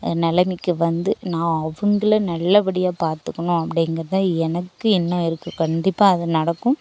நிலமைக்கு வந்து நான் அவங்கள நல்லபடியாக பார்த்துக்கணும் அப்படிங்கிறது தான் எனக்கு எண்ணம் இருக்கு கண்டிப்பாக அது நடக்கும்